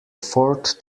fourth